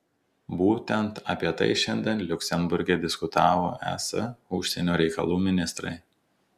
būtent apie tai šiandien liuksemburge diskutavo es užsienio reikalų ministrai